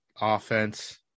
offense